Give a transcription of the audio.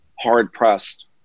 hard-pressed